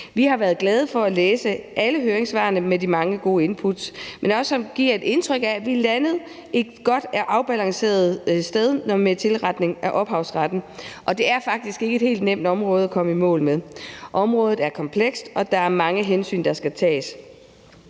Vi har været glade for at læse alle høringssvarene med de mange gode input, men som også giver et indtryk af, at vi er landet et godt og afbalanceret sted med tilretning af ophavsretten, og det er faktisk ikke et helt nemt område at komme i mål med; området er komplekst, og der er mange hensyn, der skal tages.